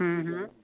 हूं हूं